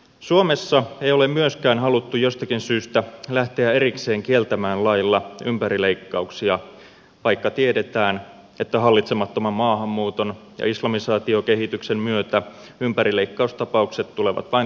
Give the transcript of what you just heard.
suomessa ei ole myöskään haluttu jostakin syytä lähteä erikseen kieltämään lailla ympärileikkauksia vaikka tiedetään että hallitsemattoman maahanmuuton ja islamisaatiokehityksen myötä ympärileikkaustapaukset tulevat vain lisääntymään